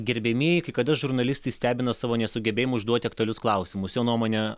gerbiamieji kai kada žurnalistai stebina savo nesugebėjimu užduoti aktualius klausimus jo nuomone